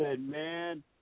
man